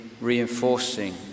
reinforcing